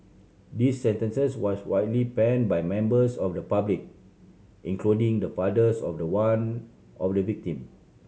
this sentences was widely panned by members of the public including the fathers of the one of the victim